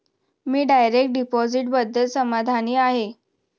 मी direct डिपॉझिटबद्दल समाधानी आहे